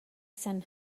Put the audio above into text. zen